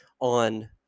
on